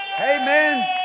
Amen